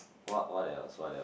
what what else what else